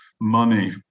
money